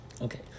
Okay